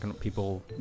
people